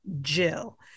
Jill